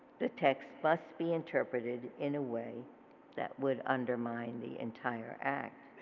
the text must be interpreted in a way that would undermine the entire act.